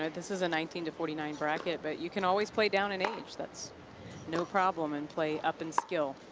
this is a nineteen forty nine bracket, but you can always play down in age, that's no problem, and play up in skill.